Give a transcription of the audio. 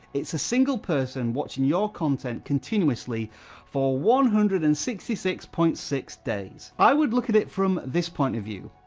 it's a single person watching your content continuously for one hundred and sixty six point six days. i would look at it from this point of view,